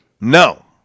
No